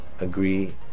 agree